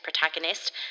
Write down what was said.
protagonist